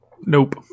Nope